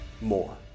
more